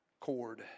cord